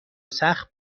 سخت